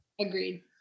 Agreed